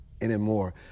anymore